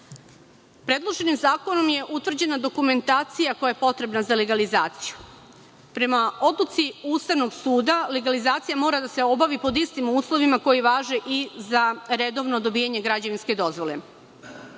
produžimo? Predloženim zakonom je utvrđena dokumentacija koja je potrebna za legalizaciju. Prema odluci Ustavnom suda, legalizacija mora da se obavi pod istim uslovima koji važe i za redovno dobijanje građevinske dozvole. Ustavni